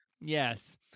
yes